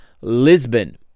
Lisbon